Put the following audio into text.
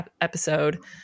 episode